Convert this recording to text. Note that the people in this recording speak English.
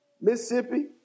Mississippi